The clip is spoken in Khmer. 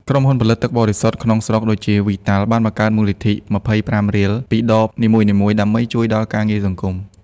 ក្រុមហ៊ុនផលិតទឹកបរិសុទ្ធក្នុងស្រុកដូចជា វីតាល់ (Vital) បានបង្កើតមូលនិធិ ២៥ រៀល ពីដបនីមួយៗដើម្បីជួយដល់ការងារសង្គម។